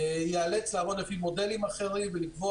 ייאלץ לעבוד לפי מודלים אחרים ולקבוע